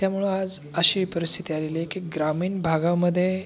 त्यामुळे आज अशी परिस्थिती आलेली आहे की ग्रामीण भागामध्ये